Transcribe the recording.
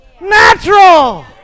natural